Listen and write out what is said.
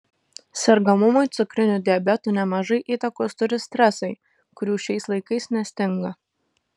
sergamumui cukriniu diabetu nemažai įtakos turi stresai kurių šiais laikais nestinga